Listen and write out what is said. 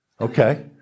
Okay